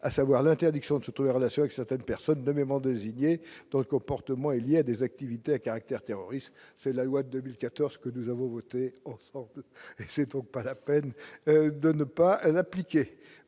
à savoir l'interdiction de tous les relations avec certaines personnes nommément designé dont le comportement est y à des activités à caractère terroriste, c'est la loi de 2014, que nous avons voté c'est troupes, pas la peine de ne pas l'appliquer,